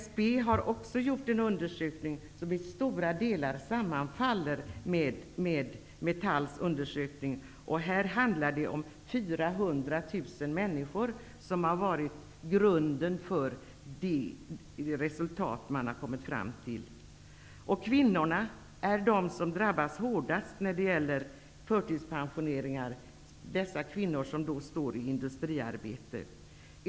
SCB har också gjort en undersökning som i stora delar sammanfaller med Metalls undersökning. 400 000 människor utgör grunden för de resultat man kommit fram till. Det är kvinnorna som drabbas hårdast när det gäller förtidspensioneringar; det gäller kvinnor i industriarbete.